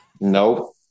Nope